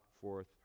forth